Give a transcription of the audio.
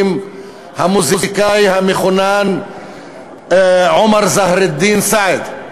הוא המוזיקאי המחונן עומר זהראלדין סעד,